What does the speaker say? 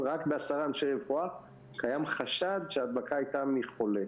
אבל רק ב-10 עובדי רפואה קיים חשד שההדבקה הייתה מחולה.